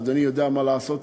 אדוני יודע מה לעשות,